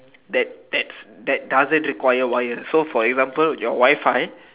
that that's that doesn't require wire so for example your fire